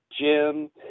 Jim